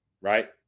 right